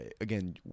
Again